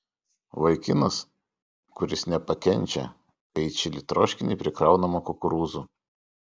vaikinas kuris nepakenčia kai į čili troškinį prikraunama kukurūzų